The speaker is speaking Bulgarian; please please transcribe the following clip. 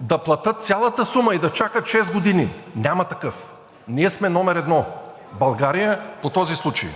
да платят цялата сума и да чакат шест години! Няма такъв! Ние сме номер едно – България, по този случай!